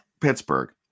Pittsburgh